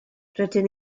rydyn